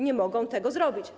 Nie mogą tego zrobić.